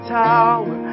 tower